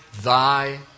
thy